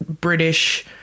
British